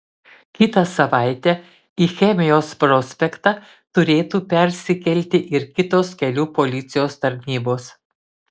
kitą savaitę į chemijos prospektą turėtų persikelti ir kitos kelių policijos tarnybos